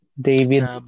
David